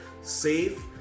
safe